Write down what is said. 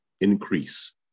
increase